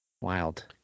Wild